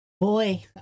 Boy